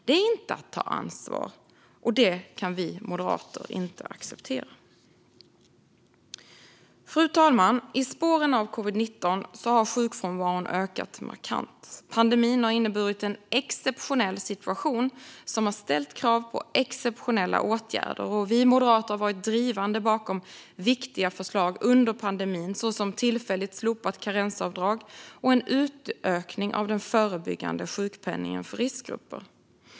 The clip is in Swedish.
Det är inte att ta ansvar, och det kan vi moderater inte acceptera. Fru talman! I spåren av covid-19 har sjukfrånvaron ökat markant. Pandemin har inneburit en exceptionell situation som har ställt krav på exceptionella åtgärder. Vi moderater har under pandemin varit drivande bakom viktiga förslag såsom tillfälligt slopat karensavdrag och en utökning av den förebyggande sjukpenningen för riskgrupper.